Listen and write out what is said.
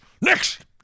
next